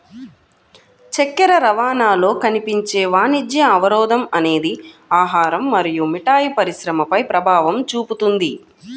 చక్కెర రవాణాలో కనిపించే వాణిజ్య అవరోధం అనేది ఆహారం మరియు మిఠాయి పరిశ్రమపై ప్రభావం చూపుతుంది